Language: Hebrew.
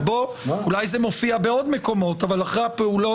בוועדה בלי כל קשר להצבעות במקומות אחרים.